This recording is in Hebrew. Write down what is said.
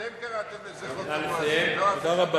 אתם קראתם לזה "חוק המואזין", לא אף אחד אחר.